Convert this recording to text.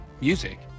Music